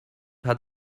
hat